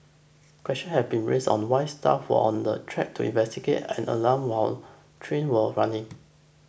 question have been raised on why staff were on the track to investigate an alarm while train were running